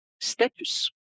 status